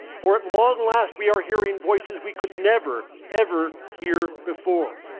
for at long last we are hearing voices we could never, ever hear before.